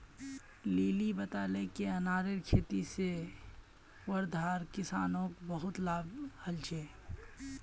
lily बताले कि अनारेर खेती से वर्धार किसानोंक बहुत लाभ हल छे